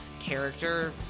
character